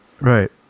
right